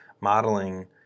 modeling